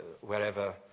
wherever